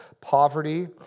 poverty